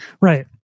right